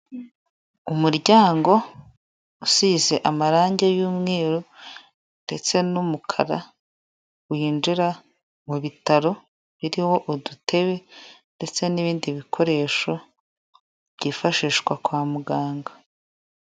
Umuryango usize amarangi y'umweru ndetse n'umukara, winjira mu bitaro biriho udutebe ndetse n'ibindi bikoresho, byifashishwa kwa muganga.